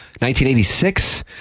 1986